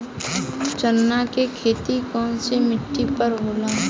चन्ना के खेती कौन सा मिट्टी पर होला?